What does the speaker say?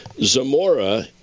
Zamora